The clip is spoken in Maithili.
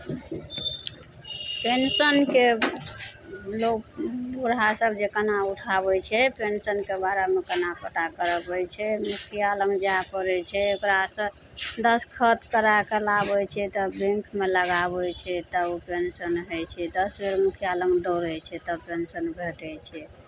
पेंशनके लोक बूढ़ासभ जे केना उठाबै छै पेंशनके बारेमे केना पता करय पड़ै छै मुखिया लगमे जाय पड़ै छै ओकरासँ दस्तखत करा कऽ लाबै छै तऽ बैंकमे लगाबै छै तऽ ओ पेंशन होइ छै दस बेर मुखिया लग दौड़ै छै तब पेंशन भेटै छै